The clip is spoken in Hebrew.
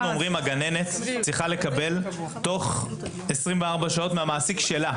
אנחנו אומרים שהגננת צריכה לקבל תוך 24 שעות מהמעסיק שלה.